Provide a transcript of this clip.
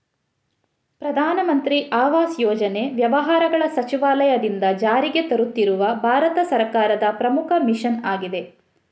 ಪ್ರಧಾನ ಮಂತ್ರಿ ಆವಾಸ್ ಯೋಜನೆ ವ್ಯವಹಾರಗಳ ಸಚಿವಾಲಯದಿಂದ ಜಾರಿಗೆ ತರುತ್ತಿರುವ ಭಾರತ ಸರ್ಕಾರದ ಪ್ರಮುಖ ಮಿಷನ್ ಆಗಿದೆ